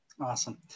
Awesome